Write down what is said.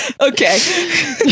Okay